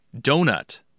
Donut